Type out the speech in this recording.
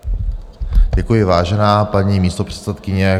Děkuji, vážená paní místopředsedkyně.